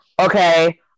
Okay